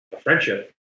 friendship